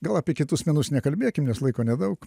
gal apie kitus menus nekalbėkim nes laiko nedaug